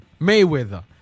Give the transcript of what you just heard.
Mayweather